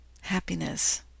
happiness